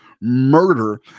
murder